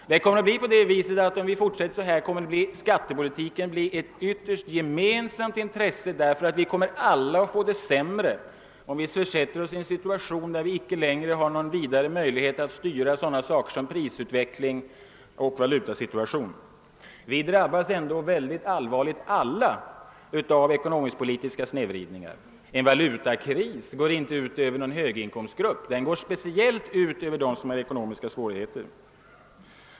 Om det fortsätter på samma sätt som hittills, kommer emellertid skattepolitiken att bli ett gemensamt intresse, eftersom vi alla får det sämre än vi skulle behöva få det om vi försätter oss i en situation, där vi icke längre har möjlighet att styra sådana faktorer som prisutveckling och valutasituation. Vi drabbas alla mycket allvarligt av ekonomisk-politiska snedvridningar. En valutakris går inte endast ut över någon höginkomstgrupp. Den drabbar speciellt dem som har ekonomiska svårigheter.